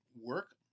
work